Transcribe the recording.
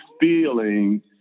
feeling